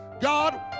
God